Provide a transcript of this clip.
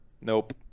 Nope